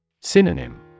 Synonym